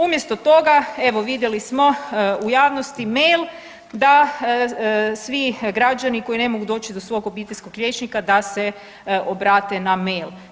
Umjesto toga, evo, vidjeli smo u javnosti mail da svi građani koji ne mogu doći do svog obiteljskog liječnika da se obrate na mail.